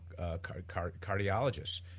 cardiologists